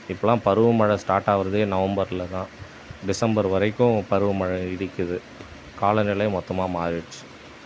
இப்போலாம் பருவ மழை ஸ்டார்ட் ஆவறதே நவம்பரில் தான் டிசம்பர் வரைக்கும் பருவமழை இருக்குது காலநிலை மொத்தமாக மாறிடுச்சு